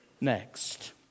Next